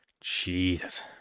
Jesus